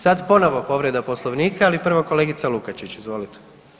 Sad ponovo poreda Poslovnika, ali prvo kolegica Lukačić, izvolite.